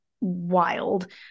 wild